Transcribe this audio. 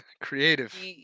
creative